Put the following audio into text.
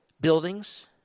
buildings